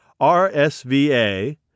RSVA